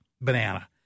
banana